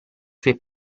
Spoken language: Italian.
suoi